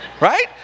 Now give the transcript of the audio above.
Right